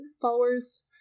followers